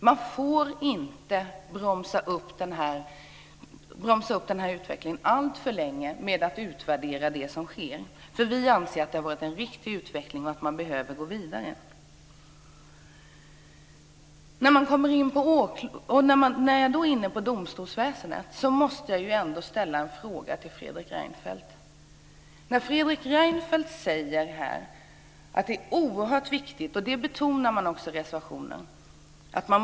Man får inte bromsa utvecklingen alltför länge genom att utvärdera det som sker. Vi anser att det har varit en riktig utveckling och att man behöver gå vidare. När jag är inne på domstolsväsendet måste jag ställa en fråga till Fredrik Reinfeldt. Han säger att det är oerhört viktigt att bevara domstolarnas självständighet.